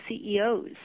CEOs